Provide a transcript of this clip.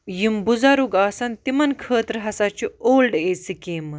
یِم بُزرگ آسَن تِمَن خٲطرٕ ہَسا چھِ اولڑ ایج سِکیٖمہٕ